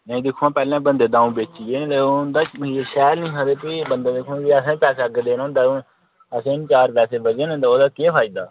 हां दिक्खोआं पैह्लें बंदे द'ऊं बेच्ची गे निं ते उं'दा मखीर शैल नेई हां ते भी बंदे दिक्खोआं जी असें पैसें अग्गें देना हुंदा असें बी चार पैसे निं बचन ते ओह्दा केह् फायदा